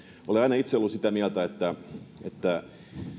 olen aina itse ollut sitä mieltä että että